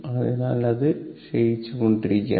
അതിനാൽ അത് ക്ഷയിച്ചുകൊണ്ടിരിക്കുകയാണ്